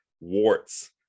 warts